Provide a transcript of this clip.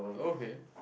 okay